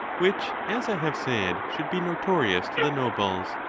which, as i have said, should be notorious to the nobles,